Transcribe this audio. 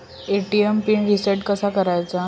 ATM pin reset कसा करायचा?